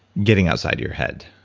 getting outside your head,